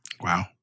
Wow